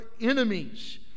enemies